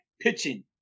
pitching